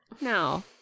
No